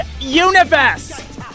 universe